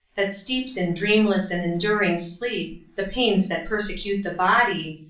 that steeps in dreamless and enduring sleep the pains that persecute the body,